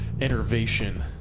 Enervation